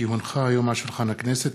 כי הונחה היום על שולחן הכנסת,